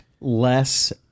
less